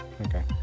Okay